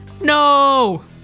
No